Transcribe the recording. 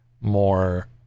more